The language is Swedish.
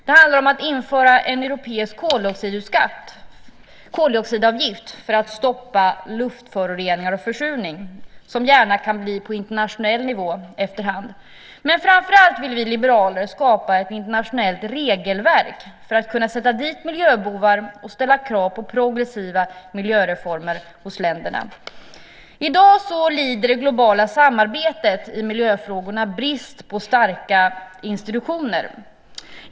Det handlar om att införa en europeisk koldioxidavgift för att stoppa luftföroreningar och försurning, som gärna kan bli på internationell nivå efterhand. Men framför allt vill vi liberaler skapa ett internationellt regelverk för att kunna sätta dit miljöbovar och ställa krav på progressiva miljöreformer hos länderna. I dag lider det globala samarbetet i miljöfrågorna brist på starka institutioner.